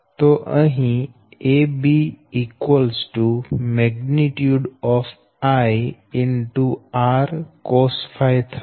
તો અહી AB I R cosɸ થશે